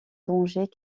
danger